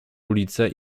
ulice